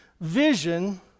vision